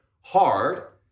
hard